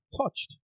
touched